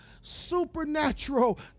supernatural